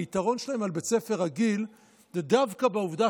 היתרון שלהם על בית ספר רגיל הוא דווקא בעובדה